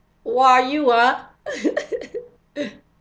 !wah! you ah